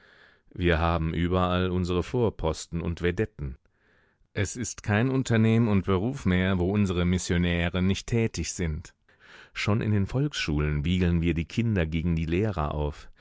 wir haben überall unsere vorposten und vedetten es ist kein unternehmen und beruf mehr wo unsere missionäre nicht tätig sind schon in den volksschulen wiegeln wir die kinder gegen die lehrer auf